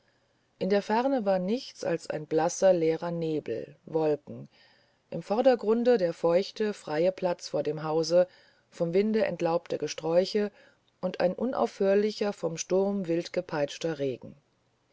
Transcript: in der ferne war nichts als ein blasser leerer nebel wolken im vordergrunde der feuchte freie platz vor dem hause vom winde entlaubte gesträuche und ein unaufhörlicher vom sturm wildgepeitschter regen